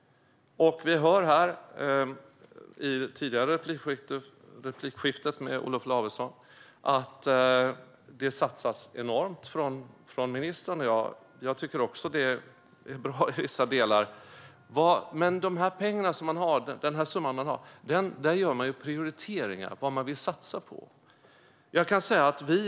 Vi hörde här i tidigare replikskiftet med Olof Lavesson att det satsas enormt från ministern. Jag tycker att det är bra i vissa delar. Men med den summa man har gör man prioriteringar och bestämmer vad man vill satsa på.